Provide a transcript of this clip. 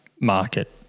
market